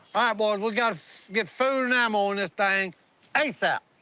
ah boys. we gotta get food and ammo in this thing asap.